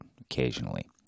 occasionally